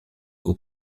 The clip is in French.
aux